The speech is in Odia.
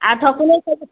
ଆଉ ଠକୁନାହିଁ